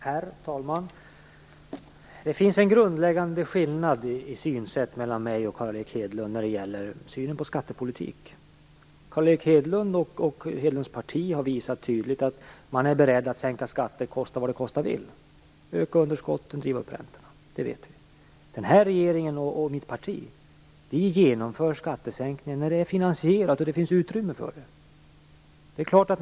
Herr talman! Det finns en grundläggande skillnad i synsätt mellan mig och Carl Erik Hedlund när det gäller synen på skattepolitik. Carl Erik Hedlund och hans parti har tydligt visat att man är beredd att jämka skatter, kosta vad det vill, öka underskotten och driva upp räntorna. Det vet vi. Den här regeringen, och mitt parti, genomför skattesänkningar när det är finansierat och det finns utrymme för det.